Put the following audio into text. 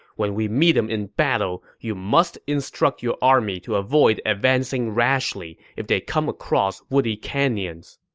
when we meet him in battle, you must instruct your army to avoid advancing rashly if they come across woody canyons.